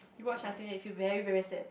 you watch until then you feel very very sad